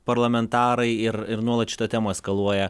parlamentarai ir ir nuolat šitą temą eskaluoja